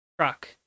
truck